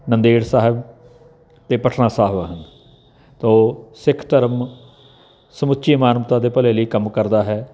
ਨੰਦੇੜ ਸਾਹਿਬ ਅਤੇ ਪਟਨਾ ਸਾਹਿਬ ਤੋਂ ਸਿੱਖ ਧਰਮ ਸਮੁੱਚੀ ਮਾਨਵਤਾ ਦੇ ਭਲੇ ਲਈ ਕੰਮ ਕਰਦਾ ਹੈ